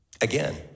Again